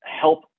help